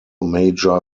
major